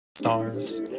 stars